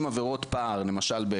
90 עבירות בחודש,